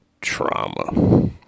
trauma